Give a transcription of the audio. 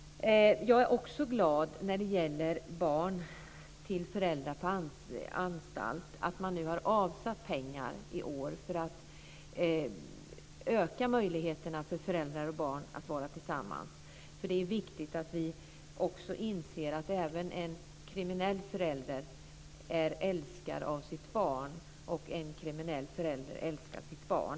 Jag är glad för man i år har avsatt pengar för barn till föräldrar som är på anstalt för att öka möjligheterna för föräldrar och barn att vara tillsammans. Det är viktigt att vi inser att även en kriminell förälder är älskad av sitt barn, och en kriminell förälder älskar sitt barn.